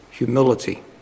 humility